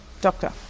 Doctor